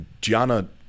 Gianna